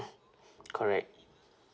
correct